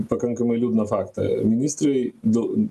pakankamai liūdną faktą ministrai dėl